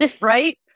Right